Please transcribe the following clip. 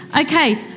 okay